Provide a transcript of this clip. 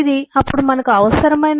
ఇది అప్పుడు అవసరమైనది